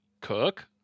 Cook